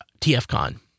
TFCon